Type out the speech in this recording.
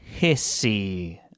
hissy